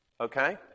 Okay